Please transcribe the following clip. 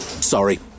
sorry